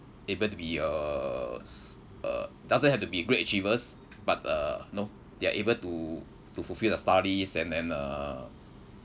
able to be uh s~ uh doesn't have to be great achievers but uh know they're able to to fulfil the studies and then uh